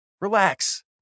Relax